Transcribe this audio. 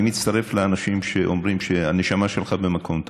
אני מצטרף לאנשים שאומרים שהנשמה שלך במקום טוב.